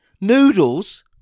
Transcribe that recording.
Noodles